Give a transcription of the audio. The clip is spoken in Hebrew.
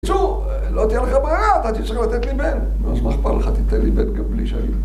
בקיצור, לא תהיה לך ברירה, אתה תצטרך לתת לי בן. נו, אז מה איכפת לך, תיתן לי בן גם בלי שאני